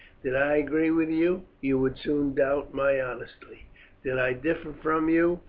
did i agree with you, you would soon doubt my honesty did i differ from you,